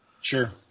Sure